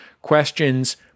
Questions